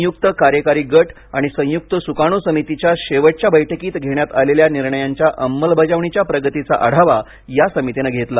संयुक्त कार्यकारी गट आणि संयुक्त सुकाणू समितीच्या शेवटच्या बैठकीत घेण्यात आलेल्या निर्णयांच्या अंमलबजावणीच्या प्रगतीचा आढावा या समितीनं घेतला